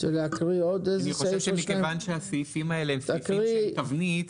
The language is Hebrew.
אני חושב שכיוון שהסעיפים האלה הם סעיפים של תבנית,